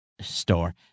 store